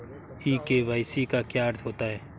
ई KYC का क्या अर्थ होता है?